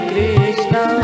Krishna